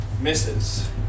misses